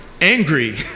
angry